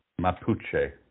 Mapuche